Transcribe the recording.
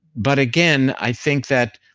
but again, i think that